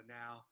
now